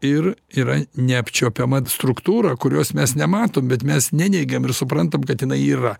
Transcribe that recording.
ir yra neapčiuopiama struktūra kurios mes nematom bet mes neneigiam ir suprantam kad jinai yra